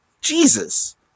Jesus